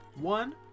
one